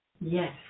Yes